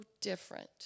different